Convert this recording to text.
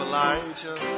Elijah